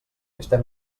estem